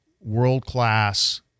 world-class